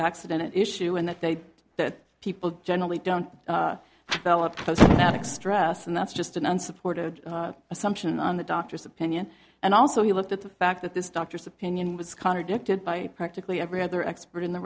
accident issue and that they that people generally don't well oppose static stress and that's just an unsupported assumption on the doctor's opinion and also he looked at the fact that this doctor's opinion was contradicted by practically every other expert in the